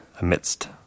Amidst